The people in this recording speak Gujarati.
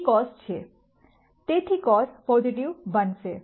તેથી cos પોઝિટિવ બનશે